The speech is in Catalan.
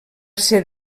ser